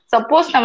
Suppose